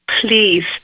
Please